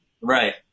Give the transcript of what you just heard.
Right